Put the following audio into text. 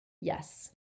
Yes